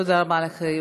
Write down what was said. תודה רבה לך,